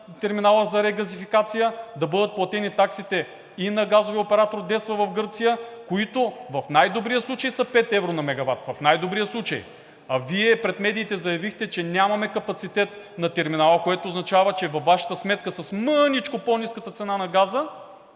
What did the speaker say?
терминала за регазификация, да бъдат платени таксите и на газовия оператор DESFA в Гърция, които в най-добрия случай са пет евро на мегават, в най-добрия случай. А Вие пред медиите заявихте, че нямаме капацитет на терминала, което означава, че във Вашата сметка с мъничко по-ниската цена на газа